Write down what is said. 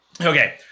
Okay